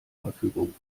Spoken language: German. verfügung